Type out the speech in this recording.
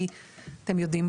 כי אתם יודעים,